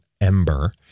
Ember